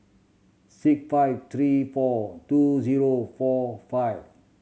six five three four two zero four five